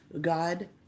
God